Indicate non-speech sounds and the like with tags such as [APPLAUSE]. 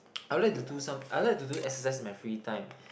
[NOISE] I would like to do some I like to do exercise in my free time